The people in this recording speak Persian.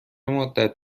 مدت